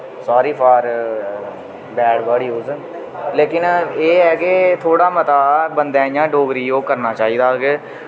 सारी for bad word use लेकिन एह् ऐ के थोह्ड़ा मता बन्दै इयां डोगरी ओह् करना चाहिदा के